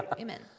Amen